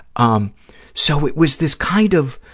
um so, it was this kind of